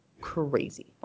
crazy